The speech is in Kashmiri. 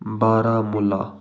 بارامُلہ